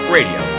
Radio